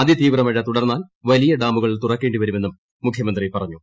അതിതീവ്ര മഴ തുടർന്നാൽ വലിയ ഡാമുകൾ തുറക്കോണ്ടി വരുമെന്നും മുഖ്യമന്ത്രി പറഞ്ഞു